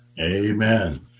Amen